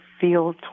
feel